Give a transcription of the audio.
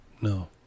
No